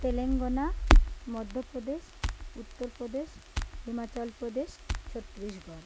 Telangana Madhya Pradesh Uttar Pradesh Himachal Pradesh Chhattisgarh